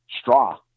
straw